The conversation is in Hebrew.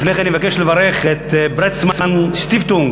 לפני כן אני מבקש לברך את Bertelsmann Stiftung,